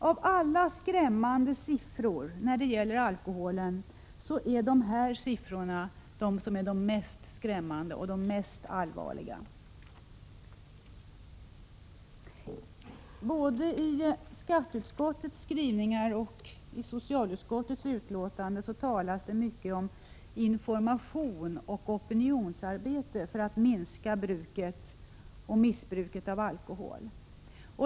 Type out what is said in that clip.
Av alla skrämmande siffror när det gäller alkoholen är dessa siffror de som är mest skrämmande och mest allvarliga. Både i skatteutskottets skrivningar och i socialutskottets betänkande talas mycket om information och opinionsarbete för att minska bruket och missbruket av alkohol.